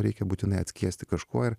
reikia būtinai atskiesti kažkuo ir